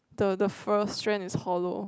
the the first strand is hollow